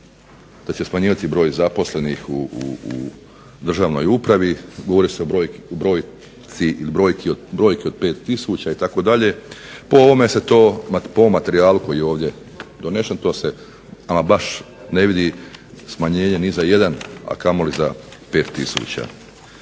da će smanjivati broj zaposlenih u državnoj upravi. govori se o brojki od 5000 itd. Po ovom materijalu koji je ovdje donesen to se ama baš ne vidi smanjenje ni za jedan, a kamoli za 5000.